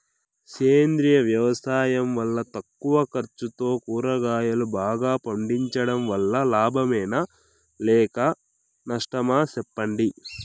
సేంద్రియ వ్యవసాయం వల్ల తక్కువ ఖర్చుతో కూరగాయలు బాగా పండించడం వల్ల లాభమేనా లేక నష్టమా సెప్పండి